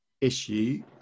issue